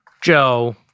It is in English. Joe